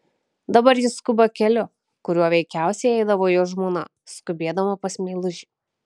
dabar jis skuba keliu kuriuo veikiausiai eidavo jo žmona skubėdama pas meilužį